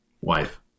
wife